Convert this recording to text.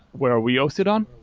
where are we hosted on?